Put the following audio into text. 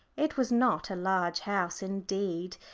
it was not a large house indeed,